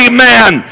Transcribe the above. Amen